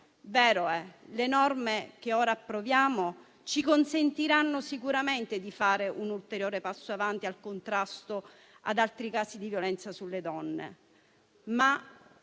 vero: le norme che ora approviamo ci consentiranno sicuramente di fare un ulteriore passo in avanti nel contrasto ad altri casi di violenza sulle donne,